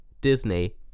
Disney